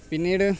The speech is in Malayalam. പിന്നീട്